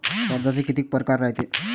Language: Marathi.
कर्जाचे कितीक परकार रायते?